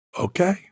okay